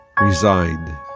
resigned